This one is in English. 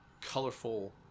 colorful